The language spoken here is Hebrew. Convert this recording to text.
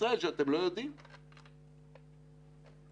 זה לוועדה.